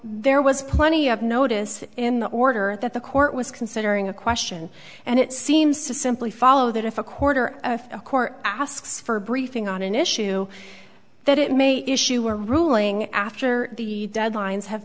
there was plenty of notice in the order that the court was considering a question and it seems to simply follow that if a quarter of a court asks for a briefing on an issue that it may issue a ruling after the deadlines have